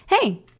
hey